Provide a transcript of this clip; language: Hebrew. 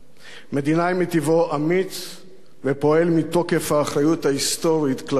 מדינאי מטבעו אמיץ ופועל מתוקף האחריות ההיסטורית כלפי עמו,